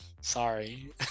sorry